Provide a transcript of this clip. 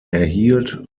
erhielt